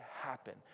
happen